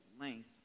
length